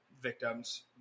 victims